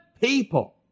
people